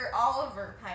Oliver